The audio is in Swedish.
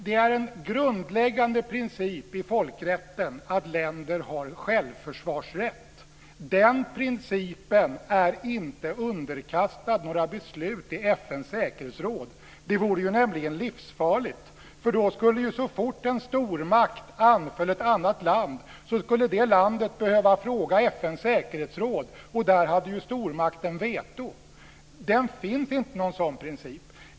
Det är en grundläggande princip i folkrätten att länder har självförsvarsrätt. Den principen är inte underkastad några beslut i FN:s säkerhetsråd. Det vore nämligen livsfarligt. Så fort en stormakt anföll ett annat land skulle det landet behöva fråga FN:s säkerhetsråd, och där hade stormakten veto. Det finns inte någon sådan princip.